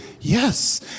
Yes